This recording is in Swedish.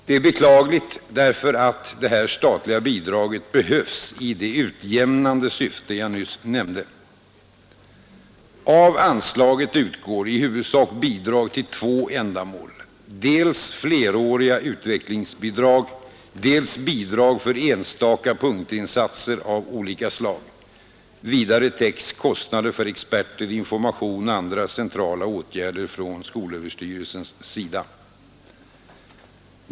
Det är beklagligt därför att detta statliga bidrag behövs i det utjämnande syfte jag nyss nämnde. Av anslaget utgår i huvudsak bidrag till två ändamål: dels fleråriga utvecklingsbidrag, dels bidrag för enstaka punktinsatser av olika slag. Vidare täcks kostnader för experter, information och andra centrala åtgärder från skolöverstyrelsens sida.